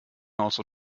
also